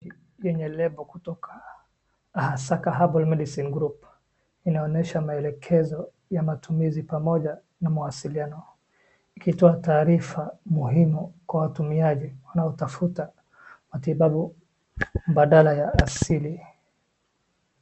Hii ni lebo kutoka Ahasaka Medical Group Inaonyesha maelekezo ya matumizi pamoja na mawasiliano ikitoa taarifa muhimu kwa watumiaji wanaotafuta matibabu badala ya asili.